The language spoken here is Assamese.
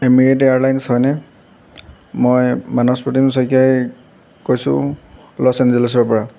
এমিৰেটচ্ এয়াৰলাইন্স হয়নে মই মানচ প্ৰতীম শইকীয়াই কৈছোঁ লছ এঞ্জেলিছৰ পৰা